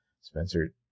Spencer